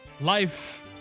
life